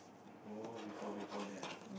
oh before before that ah